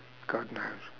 god knows